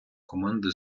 команди